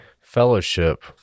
fellowship